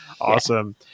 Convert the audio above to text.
Awesome